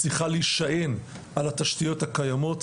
צריכה להישען על התשתיות הקיימות,